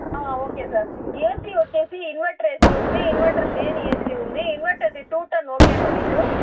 okay sir AC వచ్చేసి inverter AC ఉంది inverter లేని ఏసీ ఉంది ఇన్వర్టర్ది టూ టన్ ఒకేనా మీకు